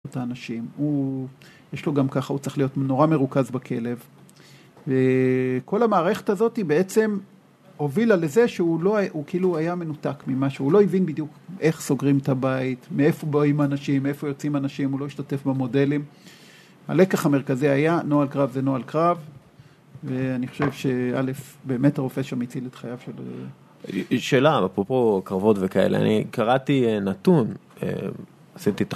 אנשים, הוא, יש לו גם ככה, הוא צריך להיות נורא מרוכז בכלב וכל המערכת הזאת היא בעצם הובילה לזה שהוא לא, הוא כאילו היה מנותק ממשהו, הוא לא הבין בדיוק איך סוגרים את הבית, מאיפה באים אנשים, מאיפה יוצאים אנשים, הוא לא השתתף במודלים. הלקח המרכזי היה, נוהל קרב זה נוהל קרב ואני חושב שא', באמת הרופא שם הציל את חייו שלו. שאלה, אפרופו קרבות וכאלה, אני קראתי נתון זה..